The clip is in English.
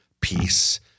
peace